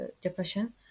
depression